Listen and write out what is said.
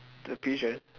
the pigeon